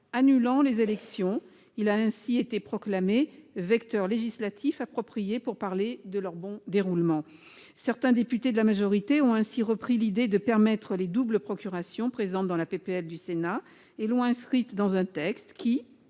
annulant les élections. Celui-ci a ainsi été proclamé « vecteur législatif approprié » pour parler de leur bon déroulement. Certains députés de la majorité ont ainsi repris l'idée de doubles procurations, présente dans la proposition de loi du Sénat, et l'ont inscrite dans un texte qui,